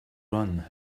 run